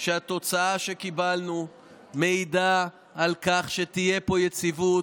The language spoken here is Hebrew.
שהתוצאה שקיבלנו מעידה על כך שתהיה פה יציבות,